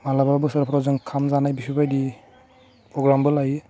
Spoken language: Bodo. मालाबा बोसोरफ्राव जों खाम जानाय बेफोरबायदि प्रग्रामबो लायो